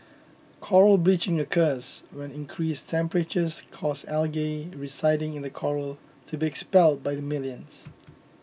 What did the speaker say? coral bleaching occurs when increased temperatures cause algae residing in the coral to be expelled by the millions